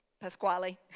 Pasquale